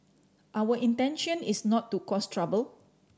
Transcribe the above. our intention is not to cause trouble